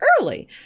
early